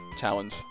challenge